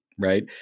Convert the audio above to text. right